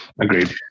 Agreed